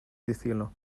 decirlo